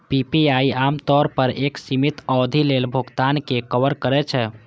PPI आम तौर पर एक सीमित अवधि लेल भुगतान कें कवर करै छै